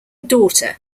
daughter